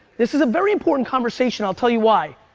this is a very important conversation, i'll tell you why.